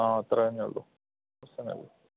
ആ അത്ര തന്നെ ഉള്ളു